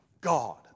God